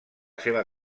seva